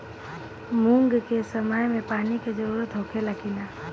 मूंग के समय मे पानी के जरूरत होखे ला कि ना?